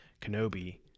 Kenobi